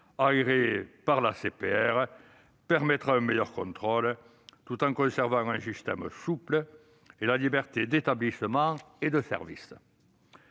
agréées par l'ACPR permettra un meilleur contrôle, tout en conservant un système souple et la liberté d'établissement et de service.